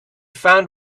found